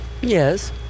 Yes